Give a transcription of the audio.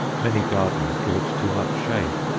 many gardeners give it too much shade.